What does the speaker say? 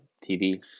TV